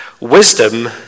Wisdom